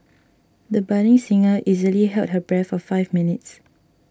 the budding singer easily held her breath for five minutes